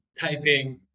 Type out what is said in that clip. typing